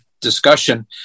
discussion